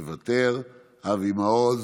מוותר, אבי מעוז,